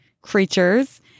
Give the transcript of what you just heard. creatures